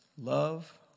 Love